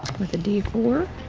with the d four.